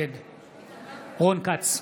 נגד רון כץ,